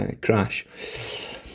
crash